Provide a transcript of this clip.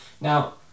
now